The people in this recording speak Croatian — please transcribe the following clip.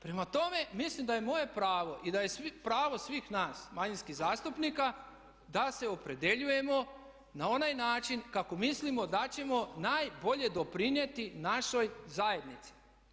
Prema tome, mislim da je moje pravo i da je pravo svih nas manjinskih zastupnika da se opredjeljujemo na onaj način kako mislimo da ćemo najbolje doprinijeti našoj zajednici.